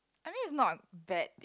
I mean is not a bad